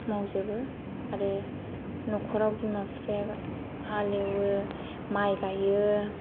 मावजोबो आरो नख'राव बिमा बिफायाबो हालएवो माइ गायो